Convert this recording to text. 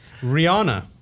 Rihanna